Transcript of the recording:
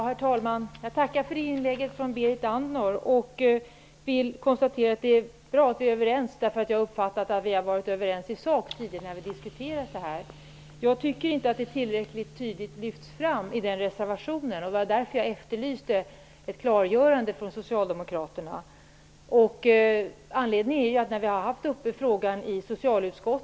Herr talman! Jag tackar för inlägget från Berit Andnor. Det är bra att vi är överens. Jag har uppfattat att vi har varit överens i sak tidigare när vi har diskuterat detta. När denna fråga behandlades i socialutskottet, förelåg en reservation från Socialdemokraterna, som gällde just frågan om äldre kvinnor.